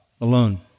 alone